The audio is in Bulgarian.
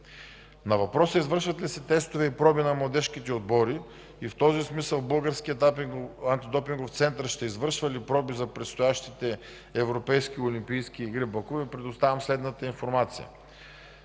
На въпроса извършват ли се тестове и проби на младежките отбори и в този смисъл Българският антидопингов център ще извършва ли проби за предстоящите европейски олимпийски игри в Баку Ви предоставям следната информация.